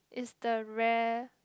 is the rare